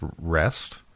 rest